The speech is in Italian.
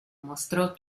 mostrò